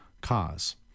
cause